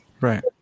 right